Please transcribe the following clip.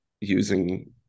using